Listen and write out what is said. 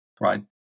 right